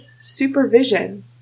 supervision